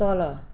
तल